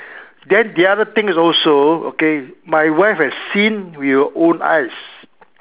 then the other thing also okay my wife has seen with her own eyes